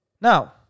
Now